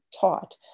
taught